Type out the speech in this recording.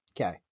Okay